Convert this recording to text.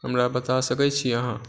हमरा बता सकै छी अहाँ